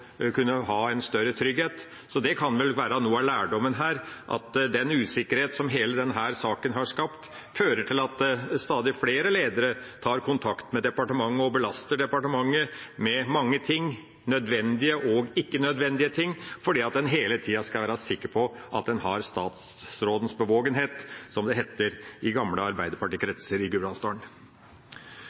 kunne ha en større trygghet. Så noe av lærdommen her kan vel være at den usikkerhet som hele denne saken har skapt, fører til at stadig flere ledere tar kontakt med og belaster departementet med mange nødvendige og ikke nødvendige ting, fordi en hele tida skal være sikker på at en har statsrådens «bevågenhet», som det het i gamle arbeiderpartikretser i Gudbrandsdalen. Komiteens medlemmer fra Arbeiderpartiet,